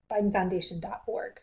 bidenfoundation.org